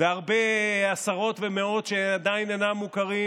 והרבה עשרות ומאות שעדין אינם מוכרים,